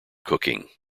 cooking